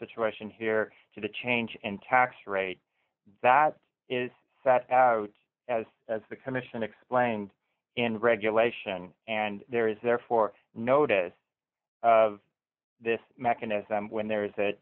situation here to the change in tax rate that is set out as as the commission explained in regulation and there is therefore notice of this mechanism when there is a